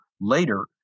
later